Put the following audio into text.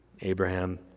Abraham